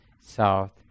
south